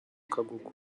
kagugu